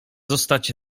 zostać